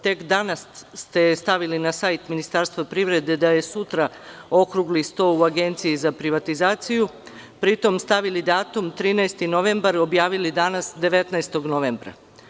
Tek danas ste stavili na sajt Ministarstva privrede da je sutra okrugli sto u Agenciji za privatizaciju, pri tom ste stavili datum 13. novembar, objavili danas 19. novembra.